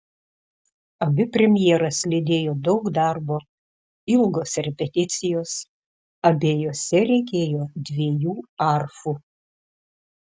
abi premjeras lydėjo daug darbo ilgos repeticijos abiejose reikėjo dviejų arfų